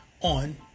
on